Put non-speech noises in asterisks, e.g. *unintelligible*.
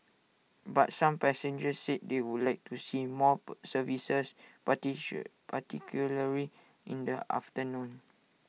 but some passengers said they would like to see more *noise* services *unintelligible* particularly in the afternoon